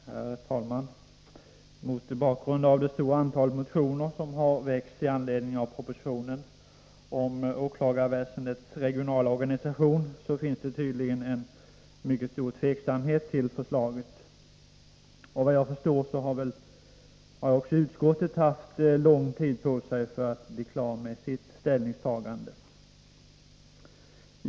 Herr talman! Mot bakgrund av det stora antalet motioner som har väckts med anledning av propositionen om åklagarväsendets regionala organisation finns det tydligen en mycket stor tveksamhet inför förslaget. Såvitt jag förstår har också utskottet haft lång tid på sig för att bli klart med sitt ställningstagande.